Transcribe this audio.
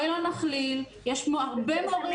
יש הרבה מורים